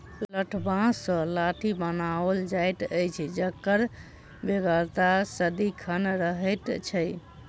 लठबाँस सॅ लाठी बनाओल जाइत अछि जकर बेगरता सदिखन रहैत छै